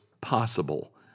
possible